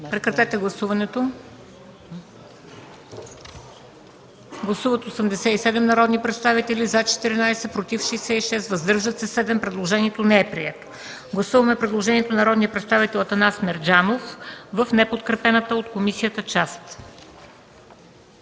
комисията не подкрепя. Гласували 87 народни представители: за 14, против 66, въздържали се 7. Предложението не е прието. Гласуваме предложението на народния представител Атанас Мерджанов в неподкрепената от комисията част.